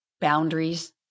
Boundaries